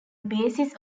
basis